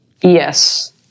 Yes